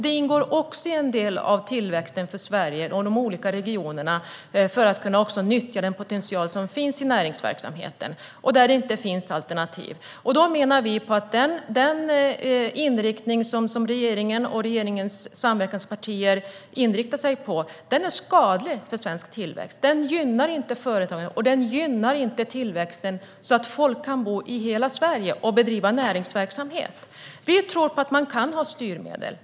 Det ingår också i en del av tillväxten för Sverige och de olika regionerna för att de ska kunna nyttja den potential som finns i näringsverksamheten och där det inte finns alternativ. Vi menar att den inriktning som regeringen och samverkanspartierna har är skadlig för svensk tillväxt. Den gynnar inte företagen, och den gynnar inte tillväxten så att folk kan bo i hela Sverige och bedriva näringsverksamhet. Vi tror på att man kan ha styrmedel.